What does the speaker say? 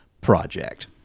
project